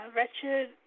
Wretched